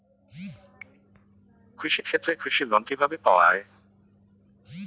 কৃষি ক্ষেত্রে কৃষি লোন কিভাবে পাওয়া য়ায়?